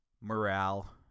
Morale